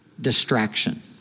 distraction